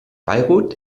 beirut